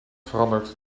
veranderd